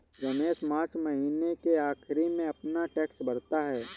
Ramesh March महीने के आखिरी में अपना टैक्स भरता है